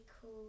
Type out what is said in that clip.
cool